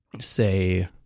say